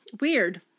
Weird